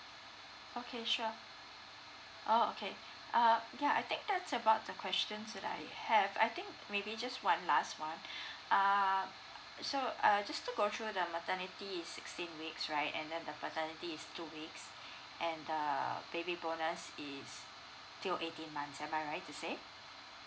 okay sure oh okay err ya I think that's about the questions that I have I think maybe just one last one err so err just to go through the maternity is sixteen weeks right and then the paternity is two weeks and err baby bonus is still eighteen months am I right to say